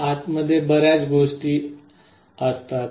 आतमधे बर्याच गोष्टी असतात